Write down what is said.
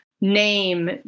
name